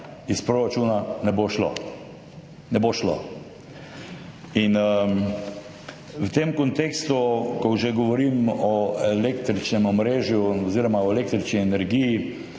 Iz proračuna ne bo šlo. Ne bo šlo. V tem kontekstu, ko že govorim o električnem omrežju oziroma o električni energiji